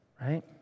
right